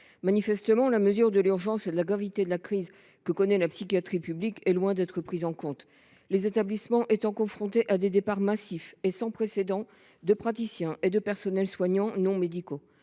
Manifestement, l’urgence et la gravité de la crise que connaît la psychiatrie publique sont loin d’être prises en compte. Les établissements sont confrontés à des départs massifs et sans précédent de praticiens et de personnels soignants non médicaux.